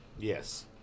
Yes